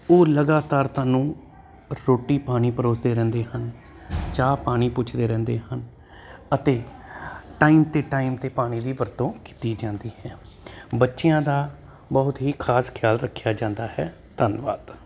ਉਹ ਲਗਾਤਾਰ ਤੁਹਾਨੂੰ ਰੋਟੀ ਪਾਣੀ ਪਰੋਸਦੇ ਰਹਿੰਦੇ ਹਨ ਚਾਹ ਪਾਣੀ ਪੁੱਛਦੇ ਰਹਿੰਦੇ ਹਨ ਅਤੇ ਟਾਈਮ 'ਤੇ ਟਾਈਮ 'ਤੇ ਪਾਣੀ ਦੀ ਵਰਤੋਂ ਕੀਤੀ ਜਾਂਦੀ ਹੈ ਬੱਚਿਆਂ ਦਾ ਬਹੁਤ ਹੀ ਖ਼ਾਸ ਖਿਆਲ ਰੱਖਿਆ ਜਾਂਦਾ ਹੈ ਧੰਨਵਾਦ